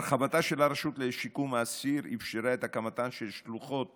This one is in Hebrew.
הרחבתה של הרשות לשיקום האסיר אפשרה את הקמתן של שלוחות